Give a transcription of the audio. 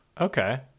okay